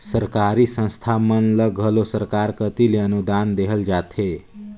सरकारी संस्था मन ल घलो सरकार कती ले अनुदान देहल जाथे